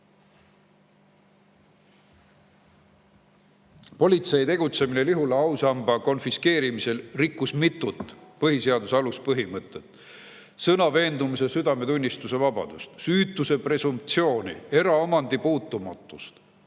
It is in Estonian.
Politsei tegutsemine Lihula ausamba konfiskeerimisel rikkus mitut põhiseaduse aluspõhimõtet: sõna‑, veendumuse‑ ja südametunnistusevabadust, süütuse presumptsiooni, eraomandi puutumatust.